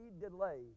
delay